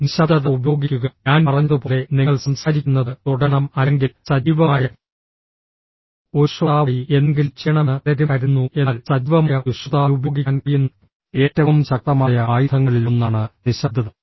നിശബ്ദത ഉപയോഗിക്കുക ഞാൻ പറഞ്ഞതുപോലെ നിങ്ങൾ സംസാരിക്കുന്നത് തുടരണം അല്ലെങ്കിൽ സജീവമായ ഒരു ശ്രോതാവായി എന്തെങ്കിലും ചെയ്യണമെന്ന് പലരും കരുതുന്നു എന്നാൽ സജീവമായ ഒരു ശ്രോതാവിന് ഉപയോഗിക്കാൻ കഴിയുന്ന ഏറ്റവും ശക്തമായ ആയുധങ്ങളിലൊന്നാണ് നിശബ്ദത